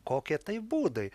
kokie tai būdai